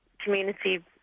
community